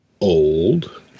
old